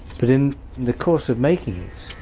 but in the course of making it,